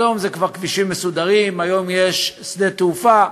היום זה כבר כבישים מסודרים, היום יש שדה תעופה,